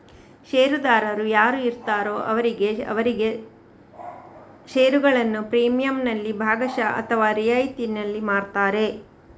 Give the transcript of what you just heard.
ಷೇರುದಾರರು ಯಾರು ಇರ್ತಾರೋ ಅವರಿಗೆ ಅವರಿಗೆ ಷೇರುಗಳನ್ನ ಪ್ರೀಮಿಯಂನಲ್ಲಿ ಭಾಗಶಃ ಅಥವಾ ರಿಯಾಯಿತಿನಲ್ಲಿ ಮಾರ್ತಾರೆ